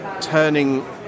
turning